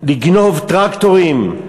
לגנוב טרקטורים.